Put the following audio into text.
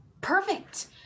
Perfect